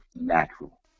natural